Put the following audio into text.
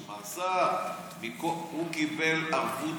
מר סער, הוא קיבל ערבות